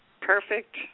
perfect